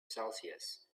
celsius